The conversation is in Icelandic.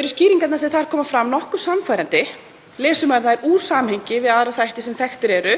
Eru skýringarnar sem þar koma fram nokkuð sannfærandi lesi maður þær úr samhengi við aðra þætti sem þekktir eru